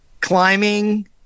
climbing